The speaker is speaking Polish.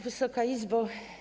Wysoka Izbo!